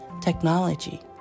technology